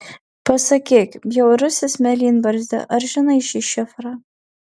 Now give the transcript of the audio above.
pasakyk bjaurusis mėlynbarzdi ar žinai šį šifrą